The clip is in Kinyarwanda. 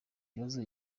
bibazo